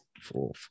Four